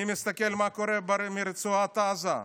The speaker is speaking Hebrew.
אני מסתכל מה קורה ברצועת עזה: